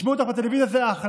ישמעו אותך בטלוויזיה וזה אחלה,